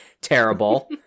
terrible